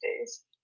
days